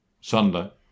Sunday